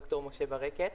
ד"ר משה ברקת.